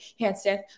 handstand